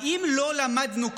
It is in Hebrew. האם לא למדנו כלום?